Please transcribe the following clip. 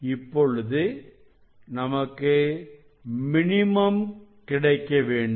இப்பொழுது நமக்கு மினிமம் கிடைக்க வேண்டும்